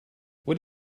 what